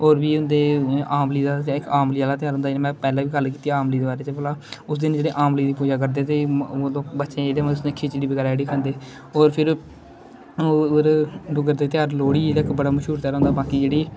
और बी होंदे आवली आहला घ्यार होंदा जेहड़ा में पहलें बी गल्ल किती आवंली दे बारे च भला उस दिन जेहडे़ आवंली दी पूजा करदे ते बच्चे मतलब जेहड़ी खिचड़़ी बगैरा जेहडी खंदे और फिर और डुग्गर दे ध्यार लोहड़ी ऐ इक बड़ा मश्हूर ध्यार होंदा बाकी जेहड़े